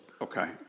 Okay